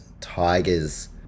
Tigers